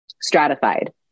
stratified